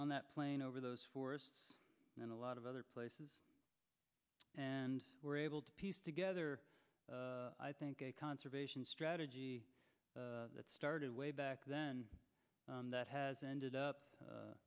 on that plane over those forests and a lot of other places and we're able to piece together i think a conservation strategy that started way back then that has ended up